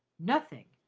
nothing,